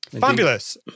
fabulous